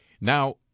Now